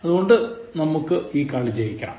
അതുകൊണ്ട് നമുക്ക് ഈ കളി ജയിക്കണം